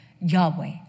Yahweh